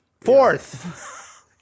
Fourth